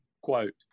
Quote